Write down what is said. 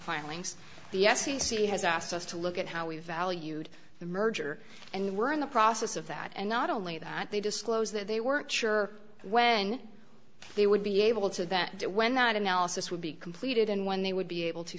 filings the f c c has asked us to look at how we valued the merger and were in the process of that and not only that they disclosed that they weren't sure when they would be able to that when that analysis would be completed and when they would be able to